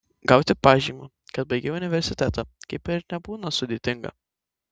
gauti pažymą kad baigei universitetą kaip ir nebūna sudėtinga